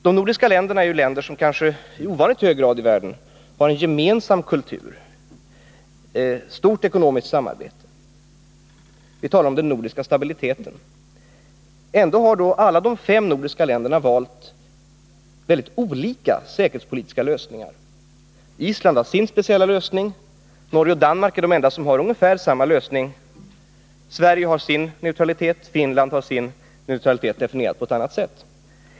De nordiska länderna har ju i kanske ovanligt hög grad en gemensam kultur, och det förekommer ett stort ekonomiskt samarbete. Vi talar om den nordiska stabiliteten. Ändå har de fem nordiska länderna valt mycket olika säkerhetspolitiska lösningar. Island har sin speciella lösning. Norge och Danmark är de enda som har ungefär samma lösning. Sverige har sin neutralitet, och Finland har sin, definierad på ett annat sätt.